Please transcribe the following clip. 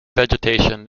vegetation